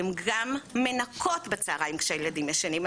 הן גם מנקות בצהריים כשהילדים ישנים,